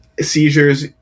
seizures